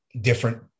different